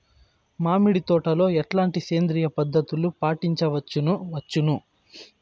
మామిడి తోటలో ఎట్లాంటి సేంద్రియ పద్ధతులు పాటించవచ్చును వచ్చును?